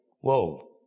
Whoa